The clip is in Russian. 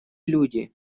люди